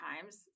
times